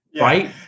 right